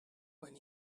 when